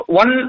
one